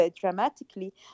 Dramatically